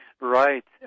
Right